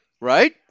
Right